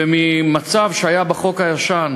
וממצב שבו בחוק הישן